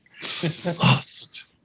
Lost